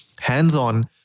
hands-on